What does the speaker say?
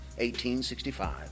1865